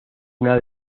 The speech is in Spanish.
una